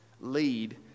lead